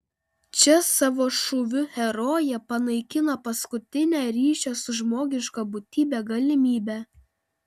čia savo šūviu herojė panaikina paskutinę ryšio su žmogiška būtybe galimybę